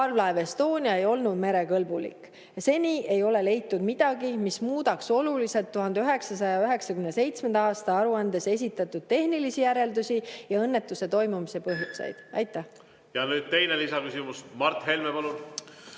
Parvlaev Estonia ei olnud merekõlbulik. Seni ei ole leitud midagi, mis muudaks oluliselt 1997. aasta aruandes esitatud tehnilisi järeldusi ja õnnetuse toimumise põhjuseid. Ja nüüd teine lisaküsimus. Mart Helme, palun!